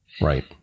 Right